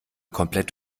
komplett